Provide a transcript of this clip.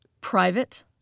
private